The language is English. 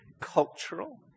cultural